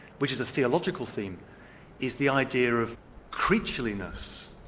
which is a theological theme is the idea of creatureliness,